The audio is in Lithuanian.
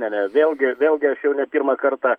ne ne vėlgi vėlgi aš jau ne pirmą kartą